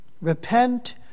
repent